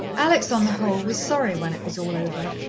alex, on the whole, was sorry when it was all over,